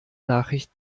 nachricht